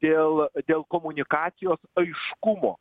dėl dėl komunikacijos aiškumo